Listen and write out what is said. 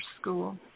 school